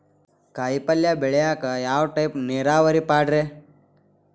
ಕಾಯಿಪಲ್ಯ ಬೆಳಿಯಾಕ ಯಾವ ಟೈಪ್ ನೇರಾವರಿ ಪಾಡ್ರೇ?